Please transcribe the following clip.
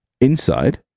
inside